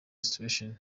restoration